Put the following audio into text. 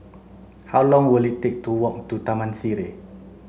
how long will it take to walk to Taman Sireh